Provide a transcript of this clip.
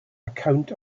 account